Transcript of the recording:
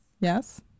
Yes